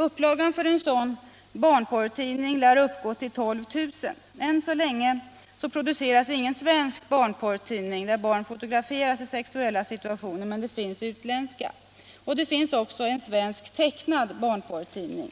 Upplagan för en sådan barnporrtidning lär uppgå till 12000 ex. Ännu så länge produceras ingen barnporrtidning, där barn fotograferats i sexuella situationer, men det finns utländska. Och det finns en tecknad svensk barnporrtidning.